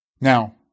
Now